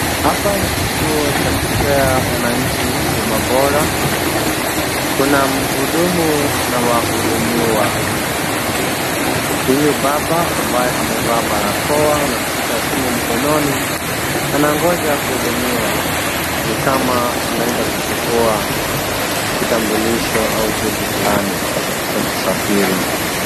Hapa ni kituo cha kupea wananchi huduma bora. Kuna muhudumu na wahudumiwa. Huyu baba ambaye amevaa barakoa na kushika simu mkononi anangoja kuhudumiwa. Ni kama ameenda kuchukua kitambulisho au cheti fulani cha kusafiri.